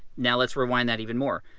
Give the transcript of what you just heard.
now let's rewind that even more.